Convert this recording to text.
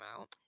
out